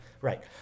Right